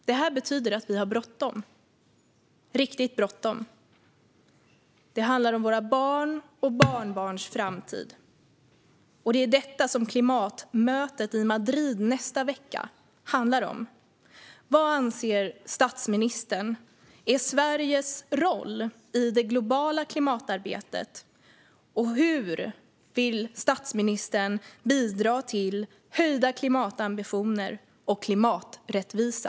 Det betyder att vi har bråttom - riktigt bråttom. Det handlar om våra barns och barnbarns framtid. Det är detta som klimatmötet i Madrid nästa vecka handlar om. Vad anser statsministern är Sveriges roll i det globala klimatarbetet, och hur vill statsministern bidra till höjda klimatambitioner och klimaträttvisa?